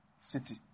city